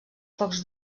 pocs